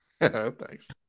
Thanks